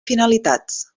finalitats